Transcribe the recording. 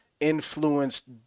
Influenced